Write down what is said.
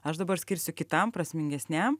aš dabar skirsiu kitam prasmingesniam